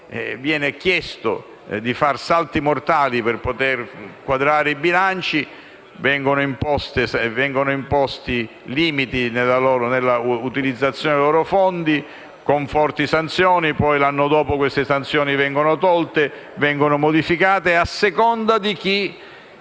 viene chiesto di fare salti mortali per far quadrare i bilanci e vengono imposti limiti nell'utilizzazione dei loro fondi con forti sanzioni, che poi l'anno successivo vengono tolte e modificate, a seconda di chi